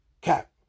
Cap